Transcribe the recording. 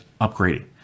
upgrading